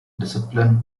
discipline